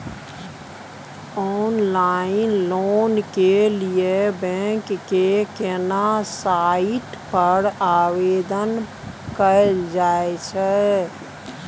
Online loan के लिए bank के केना साइट पर आवेदन कैल जाए छै?